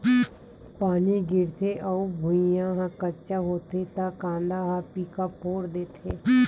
पानी गिरथे अउ भुँइया ह कच्चा होथे त कांदा ह पीकी फोर देथे